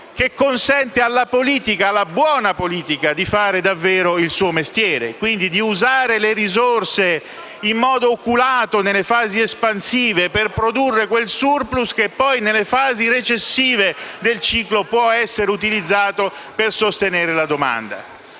che consente alla politica - alla buona politica - di fare davvero il suo mestiere, quindi di usare le risorse in modo oculato nelle fasi espansive, per produrre quel*surplus* che, poi, nelle fasi recessive del ciclo può essere utilizzato per sostenere la domanda.